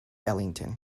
ellington